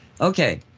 Okay